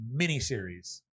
miniseries